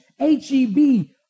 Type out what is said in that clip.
H-E-B